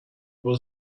was